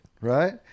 right